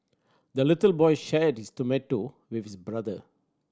the little boy shared his tomato with his brother